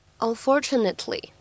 unfortunately